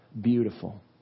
beautiful